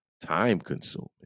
time-consuming